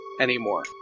anymore